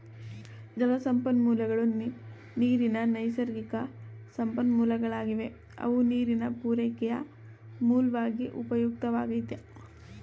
ಜಲಸಂಪನ್ಮೂಲಗಳು ನೀರಿನ ನೈಸರ್ಗಿಕಸಂಪನ್ಮೂಲಗಳಾಗಿವೆ ಅವು ನೀರಿನ ಪೂರೈಕೆಯ ಮೂಲ್ವಾಗಿ ಉಪಯುಕ್ತವಾಗೈತೆ